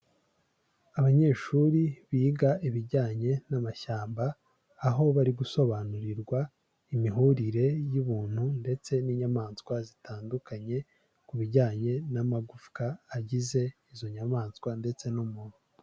Abanyeshuri biga ibijyanye n'amashyamba, aho bari gusobanurirwa imihurire y'umuntu ndetse n'inyamaswa zitandukanye, ku bijyanye n'amagufwa agize izo nyamaswa ndetse n'umuntu.